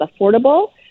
affordable